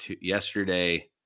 Yesterday